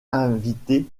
invité